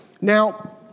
Now